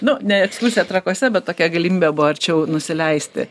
nu ne ekskursija trakuose bet tokia galimybė buvo arčiau nusileisti